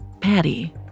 Patty